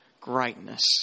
greatness